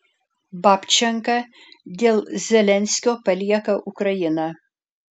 babčenka dėl zelenskio palieka ukrainą